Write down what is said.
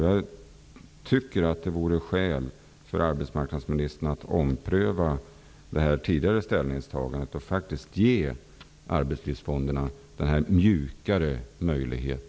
Jag tycker att det vore skäl för arbetsmarknadsministern att ompröva det tidigare ställningstagandet och faktiskt ge arbetslivsfonderna denna ''mjuka'' möjlighet.